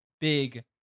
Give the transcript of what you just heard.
big